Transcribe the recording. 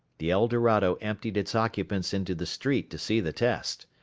the eldorado emptied its occupants into the street to see the test.